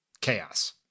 chaos